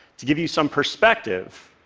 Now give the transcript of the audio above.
to give you some perspective,